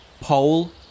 pole